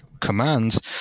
commands